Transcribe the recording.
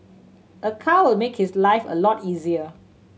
a car will make his life a lot easier